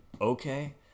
Okay